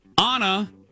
Anna